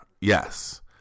Yes